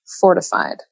fortified